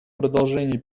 продолжение